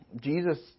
Jesus